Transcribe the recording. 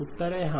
उत्तर है हां